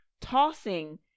tossing